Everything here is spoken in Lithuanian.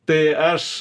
tai aš